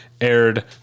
aired